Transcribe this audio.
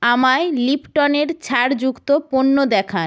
আমায় লিপটনের ছাড়যুক্ত পণ্য দেখান